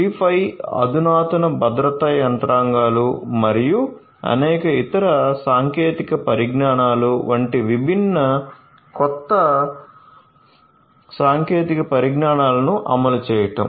Li-Fi అధునాతన భద్రతా యంత్రాంగాలు మరియు అనేక ఇతర సాంకేతిక పరిజ్ఞానాలు వంటి విభిన్న కొత్త సాంకేతిక పరిజ్ఞానాలను అమలు చేయడం